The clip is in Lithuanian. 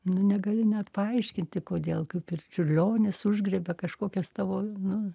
nu negali net paaiškinti kodėl kaip ir čiurlionis užgriebė kažkokias tavo nu